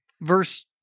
Verse